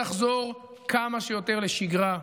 מצד אחד: בואו נחזור כמה שיותר לשגרה.